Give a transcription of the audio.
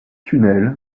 tunnels